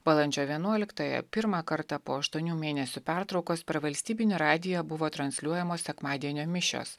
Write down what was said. balandžio vienuoliktąją pirmą kartą po aštuonių mėnesių pertraukos per valstybinį radiją buvo transliuojamos sekmadienio mišios